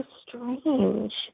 strange